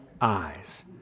eyes